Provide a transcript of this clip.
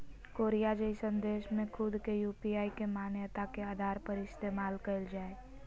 Korea जइसन देश में खुद के यू.पी.आई के मान्यता के आधार पर इस्तेमाल कईल जा हइ